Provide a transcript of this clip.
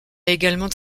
également